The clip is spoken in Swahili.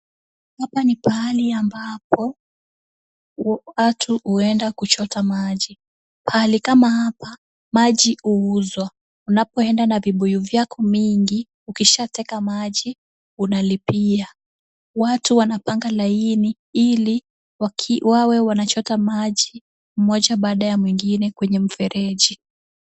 Hapa ni pahali ambapo watu huenda kuchota maji. Pahali kama hapa maji huuzwa. Unapo enda na vibuyu vyako mingi ukishateka maji unalipia. Watu wanapanga laini ili wawe wanachota maji mmoja baada ya mwingine kwenye mfereji.